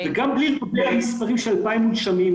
וגם בלי המספרים של 2,000 מונשמים,